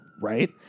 right